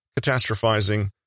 catastrophizing